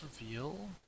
reveal